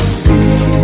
see